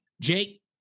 Jake